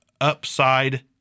upside